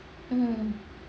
mm